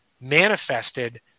manifested